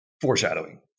foreshadowing